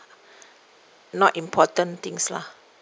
not important things lah